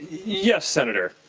yes, senator.